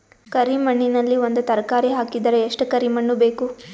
ಕರಿ ಮಣ್ಣಿನಲ್ಲಿ ಒಂದ ತರಕಾರಿ ಹಾಕಿದರ ಎಷ್ಟ ಕರಿ ಮಣ್ಣು ಬೇಕು?